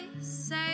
say